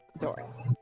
doors